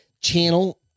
channel